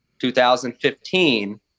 2015